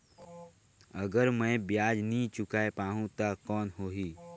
अगर मै ब्याज नी चुकाय पाहुं ता कौन हो ही?